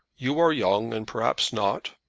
you are young, and perhaps not.